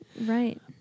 Right